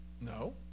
No